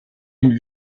une